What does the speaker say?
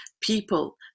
people